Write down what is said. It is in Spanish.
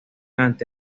ante